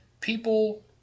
people